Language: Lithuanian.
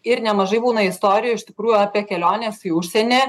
ir nemažai būna istorijų iš tikrųjų apie keliones į užsienį